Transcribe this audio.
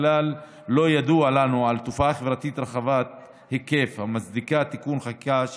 כלל לא ידוע לנו על תופעה חברתית רחבת היקף המצדיקה תיקון חקיקה שכזאת.